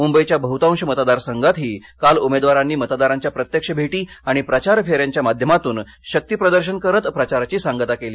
मुंबईच्या बहुतांश मतदार संघातही काल उमेदवारांनी मतदारांच्या प्रत्यक्ष भेटी आणि प्रचार फेऱ्यांच्या माध्यमातून शक्ती प्रदर्शन करत प्रचाराची सांगता केली